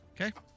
Okay